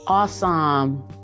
Awesome